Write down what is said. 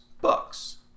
books